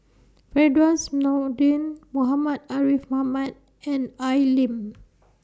Firdaus Nordin Muhammad Ariff Ahmad and Al Lim